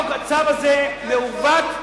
הצו הזה מעוות,